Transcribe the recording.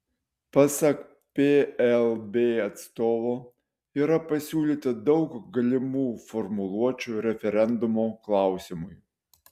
pasak plb atstovo yra pasiūlyta daug galimų formuluočių referendumo klausimui